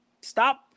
stop